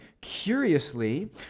curiously